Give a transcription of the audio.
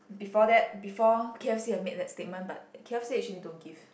before that before K_f_C have made that statement but K_f_C actually don't give